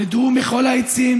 רדו מכל העצים